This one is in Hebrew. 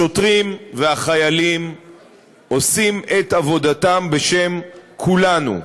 השוטרים והחיילים עושים את עבודתם בשם כולנו,